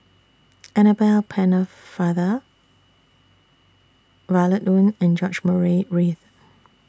Annabel Pennefather Violet Oon and George Murray Reith